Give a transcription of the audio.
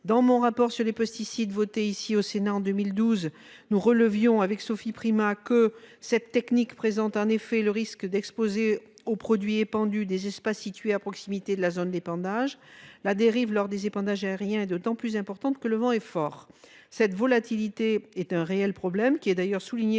d'information sur les pesticides adopté par le Sénat en 2012, je relevais, avec Sophie Primas, que cette technique présentait le risque d'exposer aux produits épandus des espaces situés à proximité de la zone d'épandage. La dérive, lors des épandages aériens, est d'autant plus importante que le vent est fort. Cette volatilité est un réel problème, souligné, d'ailleurs,